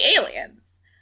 aliens